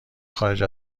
خارج